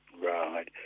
Right